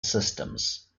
systems